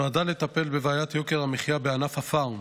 והיא נועדה לטפל בבעיית יוקר המחיה בענף הפארם